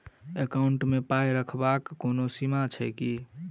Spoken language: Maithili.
एकाउन्ट मे पाई रखबाक कोनो सीमा छैक की?